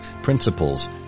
principles